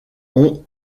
ont